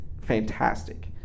fantastic